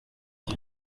die